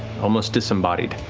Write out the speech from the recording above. almost disembodied,